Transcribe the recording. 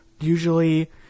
Usually